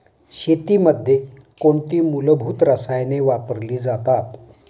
शेतीमध्ये कोणती मूलभूत रसायने वापरली जातात?